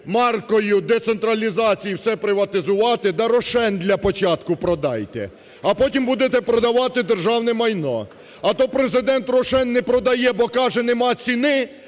маркою децентралізації все приватизувати, та "Рошен" для початку продайте, а потім будете продавати державне майно. А то Президент "Рошен" не продає, бо, каже, нема ціни,